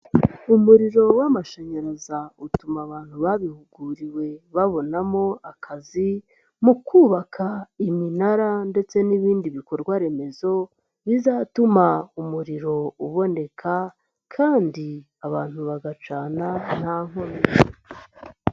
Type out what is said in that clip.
Umuriro w'amashanyarazi utuma abantu babihuguriwe babonamo akazi, mu kubaka iminara ndetse n'ibindi bikorwaremezo bizatuma umuriro uboneka kandi abantu bagacana nta nkomyi.